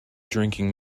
drinking